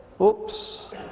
Oops